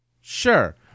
Sure